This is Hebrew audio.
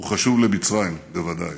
הוא חשוב למצרים, בוודאי.